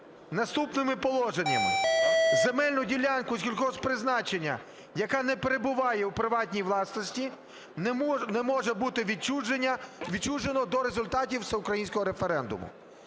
наступними положеннями: "Земельну ділянку сільгосппризначення призначення, яка не перебуває у приватній власності, не може бути відчужено до результатів всеукраїнського референдуму".